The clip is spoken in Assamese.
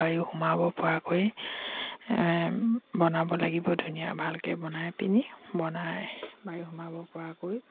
বায়ু সোমাব পৰাকৈ বনাব লাগিব ধুনীয়া ভালকৈ বনাই পিনি বনাই বায়ু সোমাব পৰাকৈ